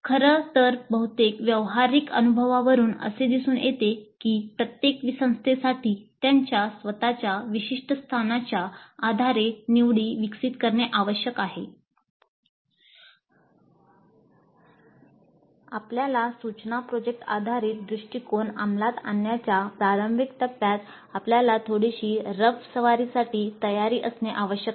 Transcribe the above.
खरं तर बहुतेक व्यावहारिक अनुभवावरून असे दिसून येते की प्रत्येक संस्थेसाठी त्यांच्या स्वत च्या विशिष्ट स्थानाच्या आधारे निवडी विकसित करणे आवश्यक आहे आपल्याला सूचना प्रोजेक्ट आधारित दृष्टिकोन अंमलात आणण्याच्या प्रारंभिक टप्प्यात आपल्याला थोडीशी रफ सवारीसाठी तयार असणे आवश्यक आहे